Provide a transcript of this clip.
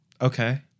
Okay